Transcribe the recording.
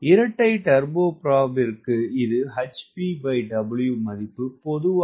இரட்டை டர்போபிராப்பிற்கு இது hp W மதிப்பு பொதுவாக 0